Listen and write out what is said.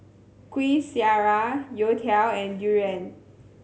Kuih Syara youtiao and durian